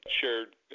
shared